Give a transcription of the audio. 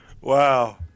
Wow